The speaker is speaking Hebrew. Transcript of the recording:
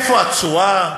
איפה התשואה?